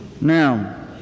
Now